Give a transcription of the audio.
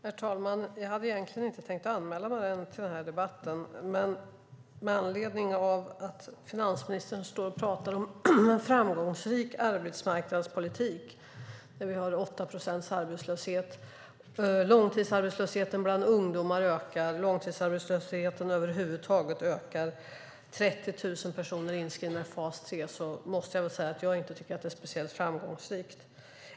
Herr talman! Jag hade egentligen inte tänkt anmäla mig till den här debatten. Men med anledning av att finansministern pratar om en framgångsrik arbetsmarknadspolitik när vi har en arbetslöshet på 8 procent, när långtidsarbetslösheten bland ungdomar ökar, när långtidsarbetslösheten över huvud taget ökar och när 30 000 personer är inskrivna i fas 3 måste jag säga att jag inte tycker att det är speciellt framgångsrikt.